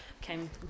Came